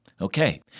Okay